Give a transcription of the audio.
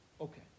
Okay